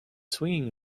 swinging